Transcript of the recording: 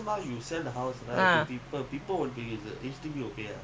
they they'll deduct our C_P_F they will deduct uh